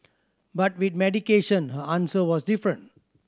but with medication her answer was different